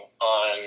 on